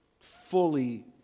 fully